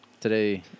Today